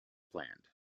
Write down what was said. planned